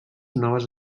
noves